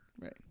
right